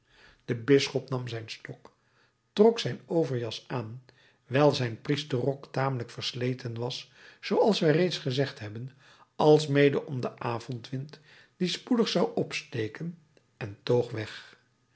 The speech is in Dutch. de bisschop nam zijn stok trok zijn overjas aan wijl zijn priesterrok tamelijk versleten was zooals wij reeds gezegd hebben alsmede om den avondwind die spoedig zou opsteken en toog op weg